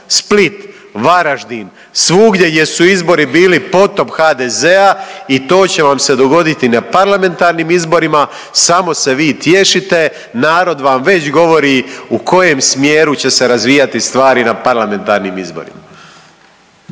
Split, Varaždin, svugdje gdje su izbori bili potop HDZ-a i to će vam se dogoditi na parlamentarnim izborima, samo se vi tješite, narod vam već govori u kojem smjeru će se razvijati stvari na parlamentarnim izborima.